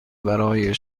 برای